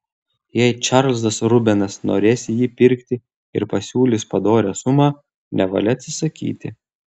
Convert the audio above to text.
jei čarlzas rubenas norės jį pirkti ir pasiūlys padorią sumą nevalia atsisakyti